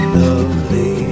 lovely